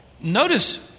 Notice